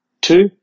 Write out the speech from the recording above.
Two